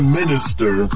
minister